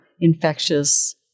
infectious